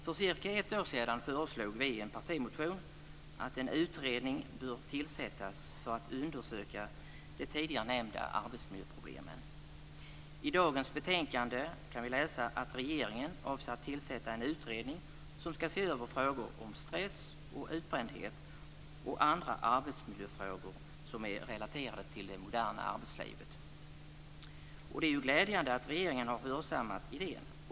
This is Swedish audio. För ca ett år sedan föreslog vi i en partimotion att en utredning bör tillsättas för att undersöka de tidigare nämnda arbetsmiljöproblemen. I dagens betänkande kan vi läsa att regeringen avser att tillsätta en utredning som ska se över frågor om stress, utbrändhet och andra arbetsmiljöfrågor som är relaterade till det moderna arbetslivet. Det är ju glädjande att regeringen har hörsammat idén.